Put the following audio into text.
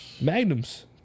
Magnums